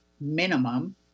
minimum